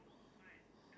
or you didn't